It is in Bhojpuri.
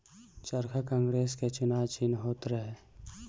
चरखा कांग्रेस के चुनाव चिन्ह होत रहे